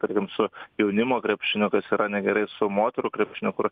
tarkim su jaunimo krepšiniu kas yra negerai su moterų krepšiniu kur